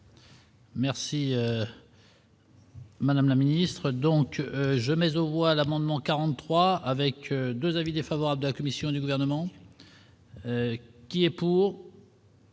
Merci. Madame la ministre, donc je mais l'amendement 43 avec 2 avis défavorables de la commission du gouvernement. Qui est pour.